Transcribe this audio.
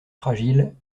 fragile